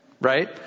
right